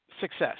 success